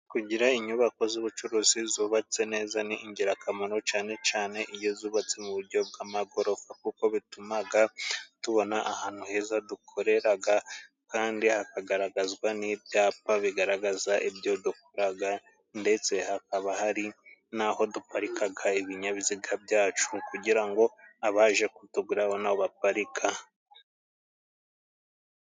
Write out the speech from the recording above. Kugira inyubako z'ubucuruzi zubatse neza ni ingirakamaro cane cane iyo zubatse mu buryo bw'amagorofa kuko bitumaga tubona ahantu heza dukoreraga kandi hakagaragazwa n'ibyapa bigaragaza ibyo dukoraga ndetse hakaba hari n'aho duparikaga ibinyabiziga byacu kugira ngo abaje kutugura babone aho baparika.